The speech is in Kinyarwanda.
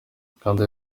gahunda